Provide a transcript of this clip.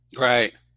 Right